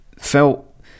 felt